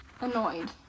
annoyed